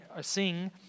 sing